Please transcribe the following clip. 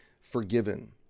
forgiven